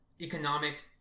economic